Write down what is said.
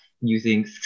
using